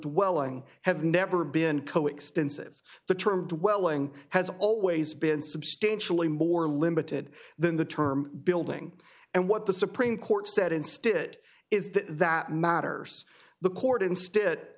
dwelling have never been coextensive the term dwelling has always been substantially more limited than the term building and what the supreme court said instead it is that that matters the court instead